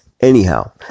anyhow